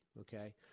okay